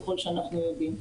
ככל שאנחנו יודעים.